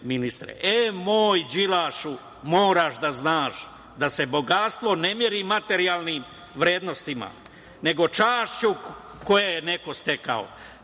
moj Đilašu, moraš da znaš da se bogatstvo ne meri materijalnim vrednostima, nego čašću koju je neko stekao.